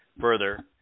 Further